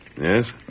Yes